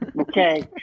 Okay